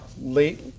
late